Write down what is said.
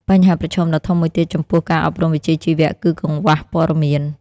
បញ្ហាប្រឈមដ៏ធំមួយទៀតចំពោះការអប់រំវិជ្ជាជីវៈ គឺកង្វះព័ត៌មាន។